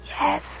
yes